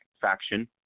faction